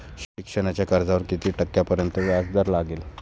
शिक्षणाच्या कर्जावर किती टक्क्यांपर्यंत व्याजदर लागेल?